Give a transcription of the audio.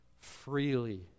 freely